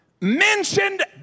mentioned